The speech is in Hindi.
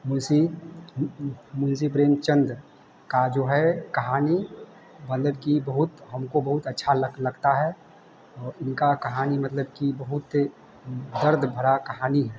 मुंशी मुंशी प्रेमचन्द की जो है कहानी मतलब कि बहुत हमको बहुत अच्छी लगती है और उनकी कहानी मतलब कि बहुत दर्द भरी कहानी है